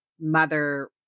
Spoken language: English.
mother